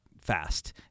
fast